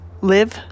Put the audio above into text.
live